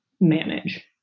manage